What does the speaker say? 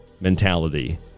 mentality